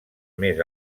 més